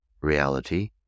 reality